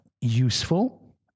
useful